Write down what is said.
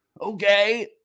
Okay